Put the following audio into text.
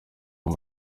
uwo